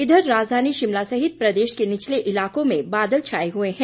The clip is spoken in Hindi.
इधर राजधानी शिमला सहित प्रदेश के निचले इलाकों में बादल छाए हुए हैं